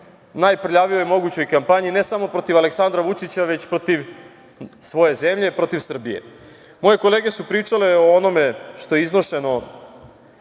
najprljavijoj mogućoj kampanji, ne samo protiv Aleksandra Vučića, već protiv svoje zemlje, protiv Srbije. Moje kolege su pričale o onom što je iznošeno